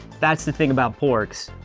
that's the thing about porgs.